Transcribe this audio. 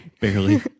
barely